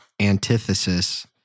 antithesis